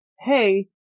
hey